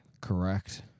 Correct